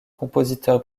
compositeur